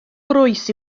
groes